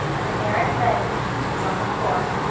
and there it lay in pieces on the floor.